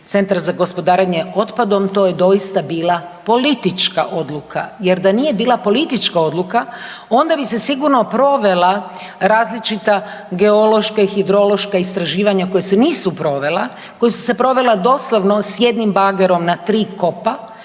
centar za gospodarenje otpadom to je doista bila politička odluka, jer da nije bila politička odluka onda bi se sigurno provela različita geološka i hidrološka istraživanja koja se nisu provela, koja su se provela doslovno s jednim bagerom na tri kopa,